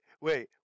wait